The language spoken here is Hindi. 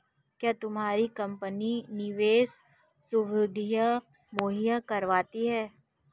क्या तुम्हारी कंपनी निवेश सुविधायें मुहैया करवाती है?